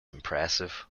impressive